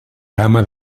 gamma